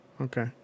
okay